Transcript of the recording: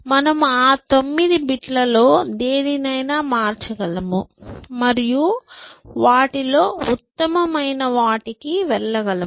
మనము ఆ 9 బిట్లలో దేనినైనా మార్చగలము మరియు వాటిలో ఉత్తమమైన వాటికి వెళ్ళగలము